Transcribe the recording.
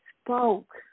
spoke